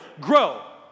grow